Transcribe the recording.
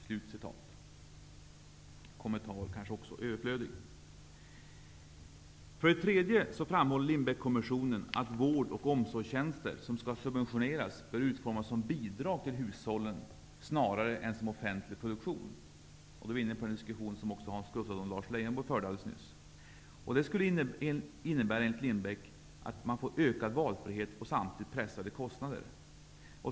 Kommentarer kanske är överflödiga. För det tredje framhåller Lindbeckkommissionen att vård och omsorgstjänster som skall subventioneras bör utformas som bidrag till hushållen snarare än som offentlig produktion. Vi är nu inne på den diskussion som Hans Gustafsson och Lars Leijonborg förde alldeles nyss. Detta skulle enligt Lindbeck öka valfriheten och pressa kostnaderna.